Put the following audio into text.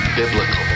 biblical